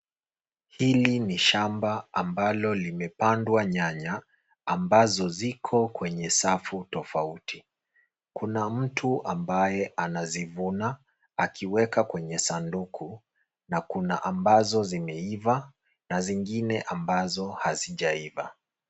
Hili ni shamba ambalo limepandwa nyanya, ambazo ziko kwenye safu tofauti. Kuna mtu ambae anazivuna akiweka kwenye sanduku na kuna ambazo zimeiva na zingine ambazo hazijaiva.